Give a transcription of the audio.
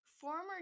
former